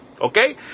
okay